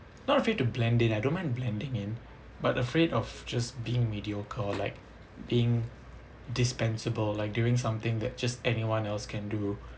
not afraid to blend in I don't mind blending in but afraid of just being mediocre like being dispensable like doing something that just anyone else can do